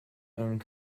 owned